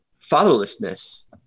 fatherlessness